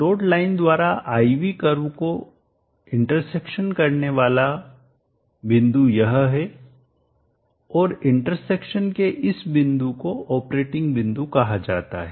load line द्वारा I V curve को इंटरसेक्शनप्रतिच्छेदन करने वाला बिंदु यह है और इंटरसेक्शनप्रतिच्छेदन के इस बिंदु को ऑपरेटिंग बिंदु कहा जाता है